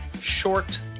short